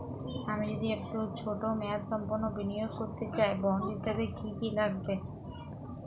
আমি যদি একটু ছোট মেয়াদসম্পন্ন বিনিয়োগ করতে চাই বন্ড হিসেবে কী কী লাগবে?